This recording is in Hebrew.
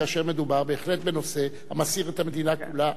כאשר מדובר בהחלט בנושא המסעיר את המדינה כולה.